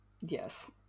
Yes